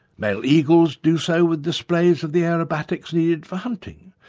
male eagles do so with displays of the aerobatics needed for hunting,